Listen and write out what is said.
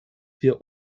wir